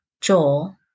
Joel